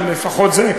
לפחות זה,